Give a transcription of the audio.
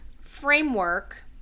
framework